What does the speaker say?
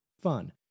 Fun